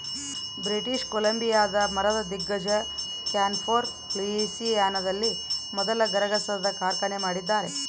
British ಕೊಲಂಬಿಯಾದ ಮರದ ದಿಗ್ಗಜ ಕ್ಯಾನ್ಫೋರ್ ಲೂಯಿಸಿಯಾನದಲ್ಲಿ ಮೊದಲ ಗರಗಸದ ಕಾರ್ಖಾನೆ ಮಾಡಿದ್ದಾರೆ